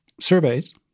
surveys